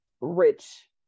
rich